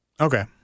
Okay